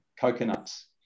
coconuts